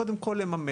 היא קודם כל לממש.